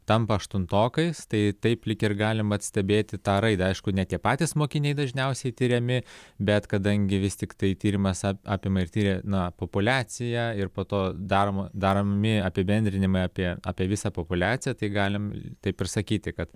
tampa aštuntokais tai taip lyg ir galim vat stebėti tą raidą aišku ne tie patys mokiniai dažniausiai tiriami bet kadangi vis tiktai tyrimas apima ir tiria na populiaciją ir po to darom daromi apibendrinimai apie apie visą populiaciją tai galim taip ir sakyti kad